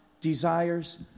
desires